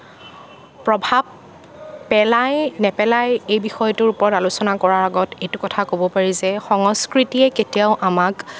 প্ৰভাৱ পেলায় নেপেলায় এই বিষয়টোৰ ওপৰত আলোচনা কৰাৰ আগত এইটো কথা ক'ব পাৰি যে সংস্কৃতিয়ে কেতিয়াও আমাক